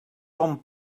ton